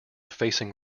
facing